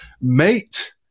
mate